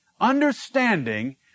understanding